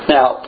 Now